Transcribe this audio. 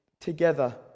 together